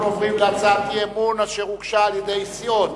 אנחנו עוברים להצעת אי-אמון אשר הוגשה על-ידי סיעות